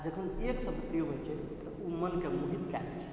आओर जखन एक शब्दके प्रयोग होइ छै तऽ ओ मोनके मोहित कऽ दै छै